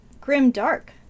grim-dark